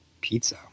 pizza